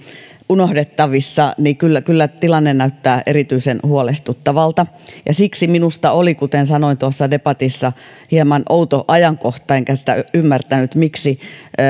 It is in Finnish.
unohdettavissa kyllä kyllä tilanne näyttää erityisen huolestuttavalta siksi minusta oli kuten sanoin tuossa debatissa hieman outo ajankohta enkä sitä ymmärtänyt miksi